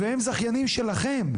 והם זכיינים שלכם.